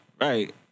Right